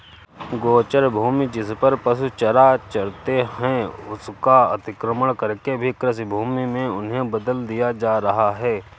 गोचर भूमि, जिसपर पशु चारा चरते हैं, उसका अतिक्रमण करके भी कृषिभूमि में उन्हें बदल दिया जा रहा है